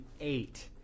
eight